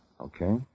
okay